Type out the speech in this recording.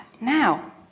now